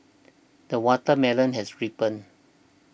the watermelon has ripened